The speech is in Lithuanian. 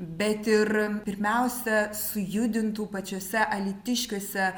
bet ir pirmiausia sujudintų pačiuose alytiškiuose